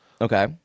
Okay